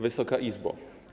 Wysoka Izbo!